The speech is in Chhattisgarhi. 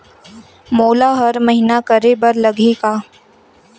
मोला हर महीना करे बर लगही का?